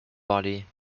body